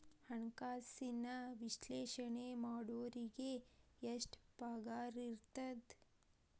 ಹಣ್ಕಾಸಿನ ವಿಶ್ಲೇಷಣೆ ಮಾಡೋರಿಗೆ ಎಷ್ಟ್ ಪಗಾರಿರ್ತದ?